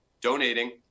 donating